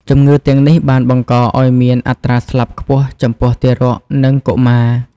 ជំងឺទាំងនេះបានបង្កឱ្យមានអត្រាស្លាប់ខ្ពស់ចំពោះទារក និងកុមារ។